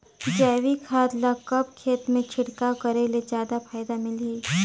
जैविक खाद ल कब खेत मे छिड़काव करे ले जादा फायदा मिलही?